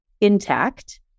intact